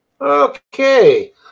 Okay